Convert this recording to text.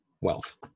wealth